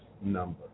number